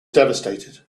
devastated